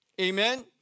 Amen